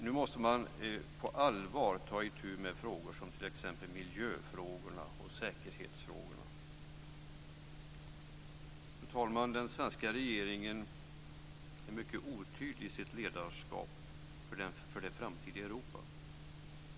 Nu måste man på allvar ta itu med frågor som miljö och säkerhetsfrågorna. Fru talman! Den svenska regeringen är mycket otydlig i sitt ledarskap för det framtida Europa.